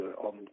on